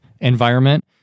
environment